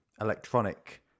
electronic